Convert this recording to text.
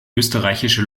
österreichische